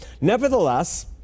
Nevertheless